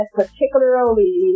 particularly